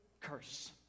curse